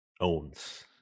owns